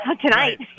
tonight